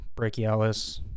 brachialis